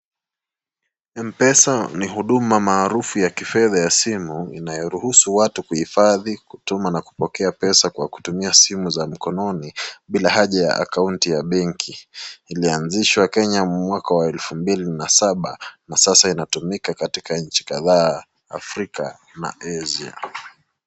Mpesa ni huduma maarufu ya kifedha ya simu inayoruhusu watu kuhifadhi kutuma na kupokea pesa kutumia simu za mkononi bila haja ya akaunti ya benki. Ilianzishwa kenya mwaka wa elfu mbili na saba na sasa inatumika katika nchi kadhaa afrika na Asia.